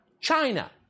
China